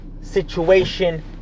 Situation